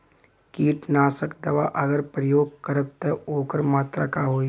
कीटनाशक दवा अगर प्रयोग करब त ओकर मात्रा का होई?